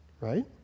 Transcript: right